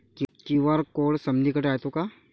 QR code समदीकडे रायतो का?